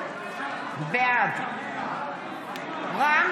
בעד רם